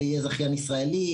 זה יהיה זכיין ישראלי,